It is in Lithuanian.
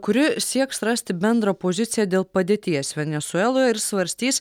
kuri sieks rasti bendrą poziciją dėl padėties venesueloje ir svarstys